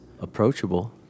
approachable